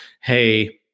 hey